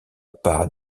pas